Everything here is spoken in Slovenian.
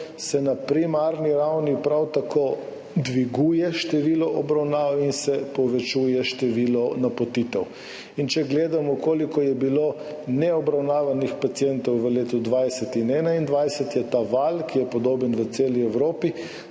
se na primarni ravni prav tako dviguje število obravnav in povečuje število napotitev. Če gledamo, koliko je bilo neobravnavanih pacientov v letih 2020 in 2021, je ta val, ki je podoben v celi Evropi,